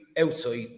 outside